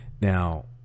now